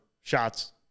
shots